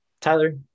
tyler